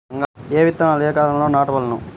ఏ విత్తనాలు ఏ కాలాలలో నాటవలెను?